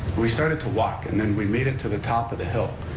we started to walk and and we made it to the top of the hill.